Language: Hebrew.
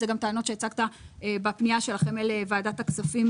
זה גם טענות שהצגת בפנייה שלכם אל ועדת הכספים,